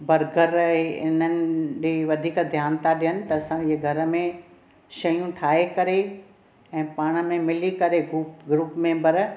ऐं हिननि ॾे वधीक ध्यान था ॾियनि त असां इहे घर में शयूं ठाहे करे ऐं पाण में मिली करे ग्रुप मेंम्बर